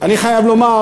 אני חייב לומר